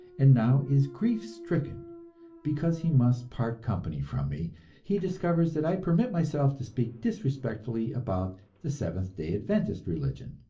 and now is grief-stricken because he must part company from me he discovers that i permit myself to speak disrespectfully about the seventh day adventist religion,